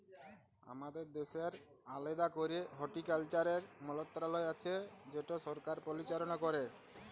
আমাদের দ্যাশের আলেদা ক্যরে হর্টিকালচারের মলত্রলালয় আছে যেট সরকার পরিচাললা ক্যরে